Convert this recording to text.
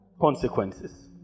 consequences